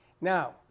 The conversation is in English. Now